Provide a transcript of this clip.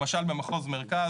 למשל במחוז מרכז,